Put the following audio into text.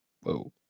Whoa